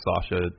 Sasha